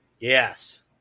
Yes